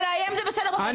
אבל לאיים זה בסדר מבחינתך?